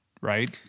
Right